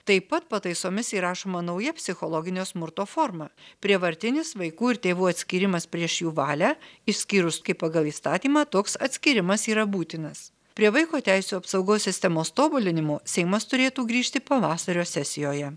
taip pat pataisomis įrašoma nauja psichologinio smurto forma prievartinis vaikų ir tėvų atskyrimas prieš jų valią išskyrus kai pagal įstatymą toks atskyrimas yra būtinas prie vaiko teisių apsaugos sistemos tobulinimo seimas turėtų grįžti pavasario sesijoje